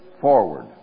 forward